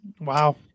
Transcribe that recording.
Wow